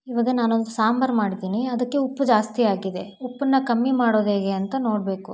ಇವಾಗ ನಾನೊಂದು ಸಾಂಬಾರು ಮಾಡಿದ್ದೀನಿ ಅದಕ್ಕೆ ಉಪ್ಪು ಜಾಸ್ತಿ ಆಗಿದೆ ಉಪ್ಪನ್ನ ಕಮ್ಮಿ ಮಾಡೋದು ಹೇಗೆ ಅಂತ ನೋಡಬೇಕು